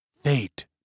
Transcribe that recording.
Fate